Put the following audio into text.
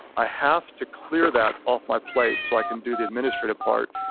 i have to clear that off my plate so i can do the administrative part.